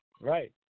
Right